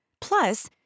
Plus